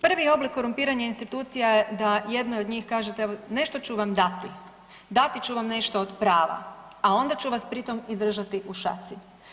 Prvi oblik korumpiranja institucija je da jednoj od njih kažete evo nešto ću vam dati, dati ću vam nešto od prava, a onda ću vas pri tom i držati u šaci.